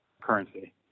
currency